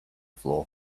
floor